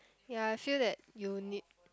ya I feel that you need